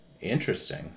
Interesting